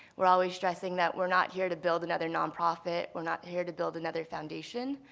we're always stressing that we're not here to build another nonprofit, we're not here to build another foundation,